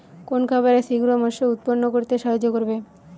কোন খাবারে শিঘ্র মাংস উৎপন্ন করতে সাহায্য করে?